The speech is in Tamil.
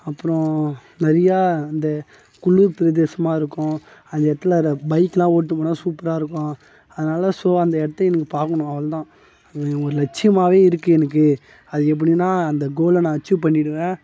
அப்புறோம் நிறையா இந்த குளிர் பிரதேசமாயிருக்கும் அந்த இடத்துல அந்த பைக்கைலாம் ஓட்டிட்டு போனால் சூப்பராயிருக்கும் அதனால் ஸோ அந்த இடத்த எனக்கு பார்க்கணும் அவ்வளோ தான் ஒரு லட்சியமாகவே இருக்குது எனக்கு அது எப்படின்னா அந்த கோல்லை நான் அச்சீவ் பண்ணிவிடுவேன்